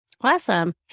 Awesome